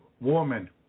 woman